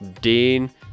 Dean